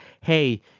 Hey